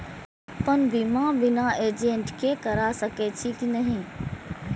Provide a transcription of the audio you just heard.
अपन बीमा बिना एजेंट के करार सकेछी कि नहिं?